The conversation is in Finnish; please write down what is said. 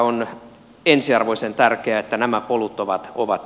on ensiarvoisen tärkeää että nämä polut ovat yhteneviä